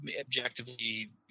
objectively